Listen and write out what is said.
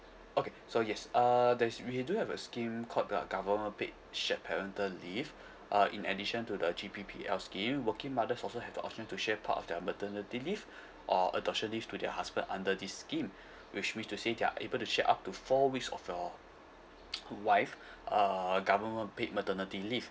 okay so yes uh there's we do have a scheme called the government paid shared parental leave uh in addition to the G_P_P_L scheme working mothers also have the option to share part of their maternity leave or adoption leave to their husband under this scheme which mean to say they're able to share up to four weeks of your wife uh government paid maternity leave